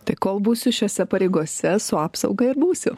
tai kol būsiu šiose pareigose su apsauga ir būsiu